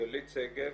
גלית שגב,